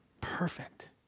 Perfect